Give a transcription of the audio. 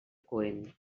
coent